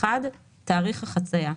(1)תאריך החצייה,